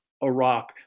Iraq